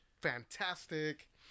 fantastic